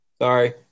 Sorry